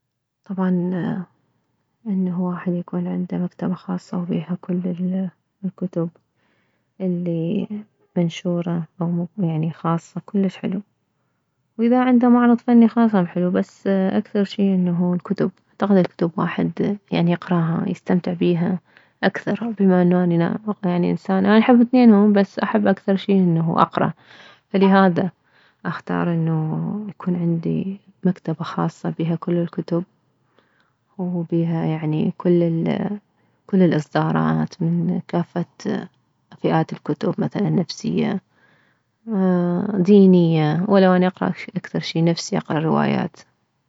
طبعا انه واحد يكون عنده مكتبة خاصة وبيها كل الكتب اللي منشورة او يعني خاصة كلش حلو واذا عنده معرض فني خاص هم حلو بس اكثر شي انه الكتب الكتب انه واحد يعني يقراها يستمتع بيها اكثر بما انه اني انسانة اني احب اثنينهم بس احب اكثر شي انه اقره فلهذا اختار انه يكون عندي مكتبة خاصة بيها كل الكتب وبيها يعني كل الاصدرات من كافة فئات الكتب مثلا نفسية دينية ولو اني اقره اكثر شي اقره روايات